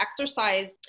exercise